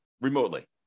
remotely